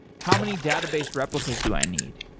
how many database replicas do i need?